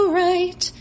right